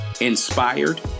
Inspired